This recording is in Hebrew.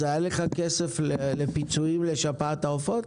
הייתה לך כסף לפיצויים לשפעת העופות?